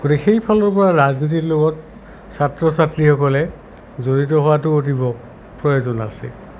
গতিকে সেইফালৰ পৰা ৰাজনীতিৰ লগত ছাত্ৰ ছাত্ৰীসকলে জড়িত হোৱাটো অতীৱ প্ৰয়োজন আছে